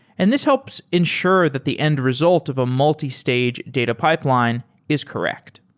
and this helps ensure that the end result of a multistage data pipeline is correct.